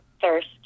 thirst